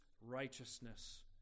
righteousness